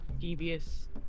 Devious